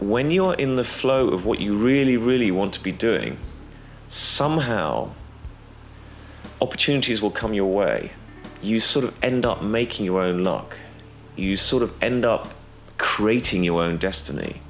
when you're in the flow of what you really really want to be doing somehow opportunities will come your way you sort of end up making your own luck you sort of end up creating your own destiny